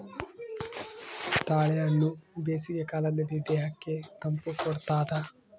ತಾಳೆಹಣ್ಣು ಬೇಸಿಗೆ ಕಾಲದಲ್ಲಿ ದೇಹಕ್ಕೆ ತಂಪು ಕೊಡ್ತಾದ